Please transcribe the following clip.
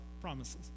promises